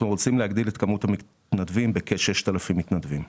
רוצים להגדיל את כמות המתנדבים בכ-6,000 מתנדבים,